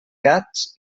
gats